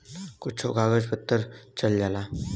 कुच्छो कागज पत्तर चल जाला